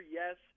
yes